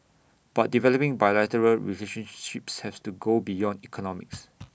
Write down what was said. but developing bilateral relationships has to go beyond economics